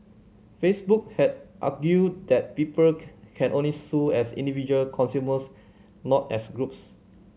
Facebook had argued that people can only sue as individual consumers not as groups